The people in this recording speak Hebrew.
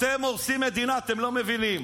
אתם הורסים את המדינה, אתם לא מבינים.